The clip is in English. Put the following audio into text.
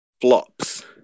flops